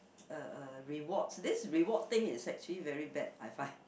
uh uh rewards this reward thing is actually very bad I find